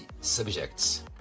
subjects